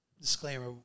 disclaimer